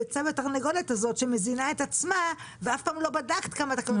הביצה והתרנגולת הזו שמזינה את עצמה ואף פעם לא בדקת כמה תקלות